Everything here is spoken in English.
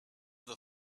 the